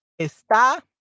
está